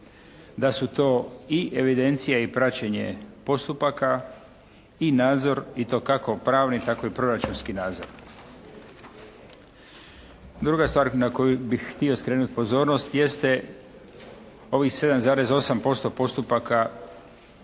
da su to i evidencija i praćenje postupaka i nadzor i to kako pravnih tako i proračunski nadzor. Druga stvar na koju bih htio skrenuti pozornost jeste ovih 7,8% postupaka